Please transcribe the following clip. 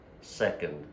second